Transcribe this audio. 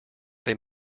they